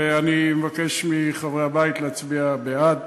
ואני מבקש מחברי הבית להצביע בעד.